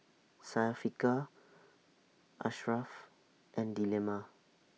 Syafiqah Ashraff and Delima